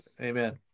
Amen